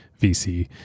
vc